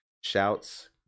shouts